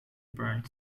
burn